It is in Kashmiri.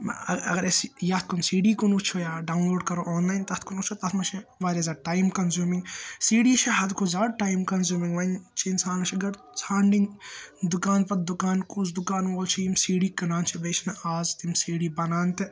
اَگَر أسۍ یتھ کُن سی ڈی کُن وُچھو یا ڈاوُن لوڈ کَرو آن لایِن تَتھ کُن وُچھو تَتھ منٛز چھِ وارِیاہ زیادٕ ٹایم کَنٛزیوٗمِنٛگ سی ڈی چھِ حدٕ کھۄتہٕ زیاد ٹایم کَنٛزِیوٗمِنٛگ وۄنۍ چھُ اِنسانس چھُ گۄڈٕ ژھانٛڈٕنۍ دُکان پَتہٕ دُکان کُس دُکان وول چھُ یِم سی ڈی کٕنان چھُ بیٚیہِ چھِنہٕ اَز تِم سی ڈی بَنان تہِ